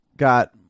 got